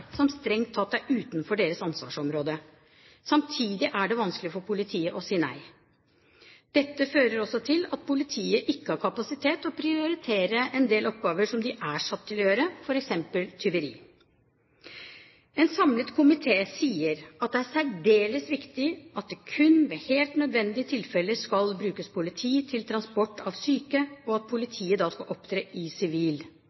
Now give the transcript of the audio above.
som strengt tatt er utenfor deres ansvarsområde. Samtidig er det vanskelig for politiet å si nei. Dette fører også til at politiet ikke har kapasitet til å prioritere en del oppgaver som de er satt til å løse, f.eks. tyveri. En samlet komité sier at det er særdeles viktig at det kun ved helt nødvendige tilfeller skal brukes politi til transport av syke, og at